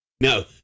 No